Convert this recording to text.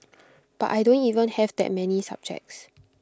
but I don't even have that many subjects